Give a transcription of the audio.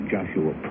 Joshua